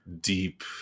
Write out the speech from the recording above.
deep